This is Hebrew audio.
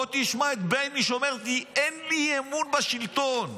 בוא תשמע את בייניש אומרת: אין לי אמון בשלטון,